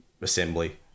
assembly